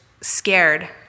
scared